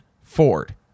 Ford